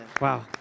Wow